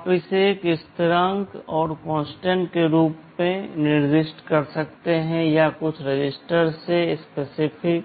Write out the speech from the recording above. आप इसे एक स्थिरांक के रूप में निर्दिष्ट कर सकते हैं या कुछ रजिस्टर मे स्पेसिफी